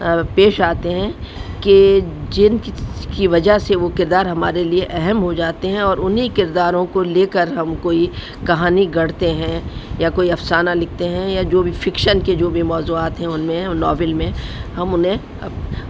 پیش آتے ہیں کہ جن کی وجہ سے وہ کردار ہمارے لیے اہم ہو جاتے ہیں اور انہیں کرداروں کو لے کر ہم کوئی کہانی گڑھتے ہیں یا کوئی افسانہ لکھتے ہیں یا جو بھی فکشن کے جو بھی موضوعات ہیں ان میں ناول میں ہم انہیں